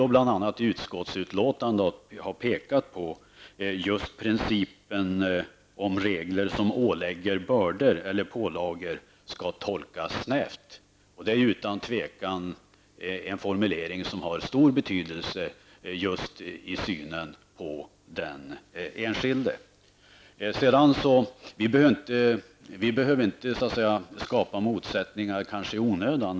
Vi har i utskottsbetänkandet bl.a. pekat på att principen att regler som ålägger bördor eller pålagor skall tolkas snävt. Det är utan tvivel en formulering som har stor betydelse med tanke på den enskilde. Vi behöver inte skapa motsättningar i onödan.